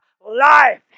life